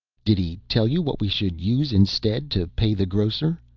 did he tell you what we should use instead to pay the grocer?